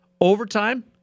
Overtime